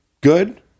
good